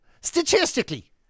statistically